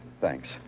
Thanks